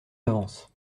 d’avance